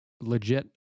legit